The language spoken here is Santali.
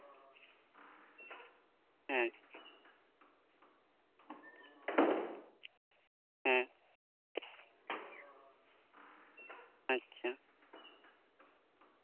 ᱦᱮᱸ ᱦᱮᱸ ᱟᱪᱪᱷᱟ